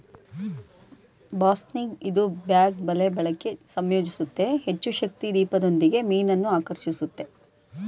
ಬಾಸ್ನಿಗ್ ಇದು ಬ್ಯಾಗ್ ಬಲೆ ಬಳಕೆ ಸಂಯೋಜಿಸುತ್ತೆ ಹೆಚ್ಚುಶಕ್ತಿ ದೀಪದೊಂದಿಗೆ ಮೀನನ್ನು ಆಕರ್ಷಿಸುತ್ತೆ